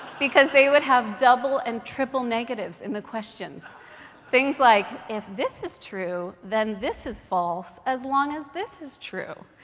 because they would have double and triple negatives in the questions things like, if this is true, then this is false, as long as this is true.